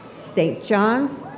st. john's,